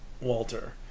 Walter